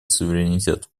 суверенитет